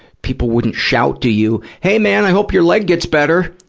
people wouldn't shout to you, hey man, i hope your leg gets better!